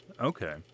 Okay